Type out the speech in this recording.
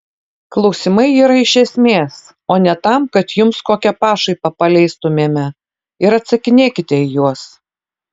klausimai yra iš esmės o ne tam kad jums kokią pašaipą paleistumėme ir atsakinėkite į juos